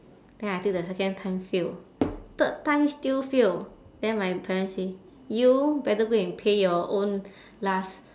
then I take the second time fail third time still fail then my parents say you better go and pay your own last